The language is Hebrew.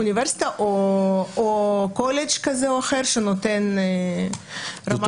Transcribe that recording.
אוניברסיטה או קולג' כזה או אחר שנותן רמת הנדסאי.